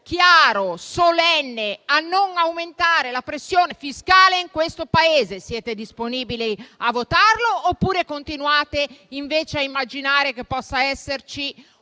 chiaro e solenne a non aumentare la pressione fiscale in questo Paese. Siete disponibili a votarlo oppure continuate a immaginare che possa esserci